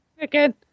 again